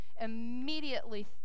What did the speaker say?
immediately